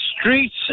streets